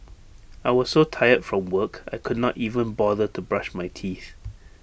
I was so tired from work I could not even bother to brush my teeth